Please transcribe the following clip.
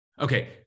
Okay